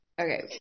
Okay